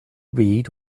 read